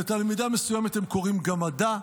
לתלמידה מסוימת הם קוראים "גמדה",